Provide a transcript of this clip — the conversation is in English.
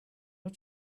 are